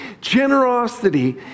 Generosity